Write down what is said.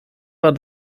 war